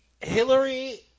Hillary